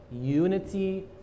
unity